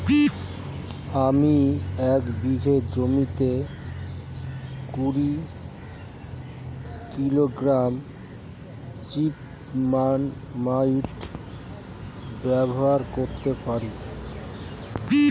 আমি এক বিঘা জমিতে কুড়ি কিলোগ্রাম জিপমাইট ব্যবহার করতে পারি?